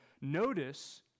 notice